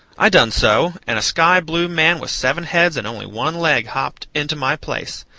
i done so, and a sky-blue man with seven heads and only one leg hopped into my place.